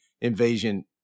invasion